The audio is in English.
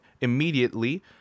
immediately